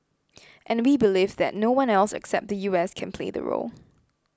and we believe that no one else except the U S can play the role